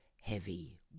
heavy